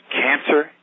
cancer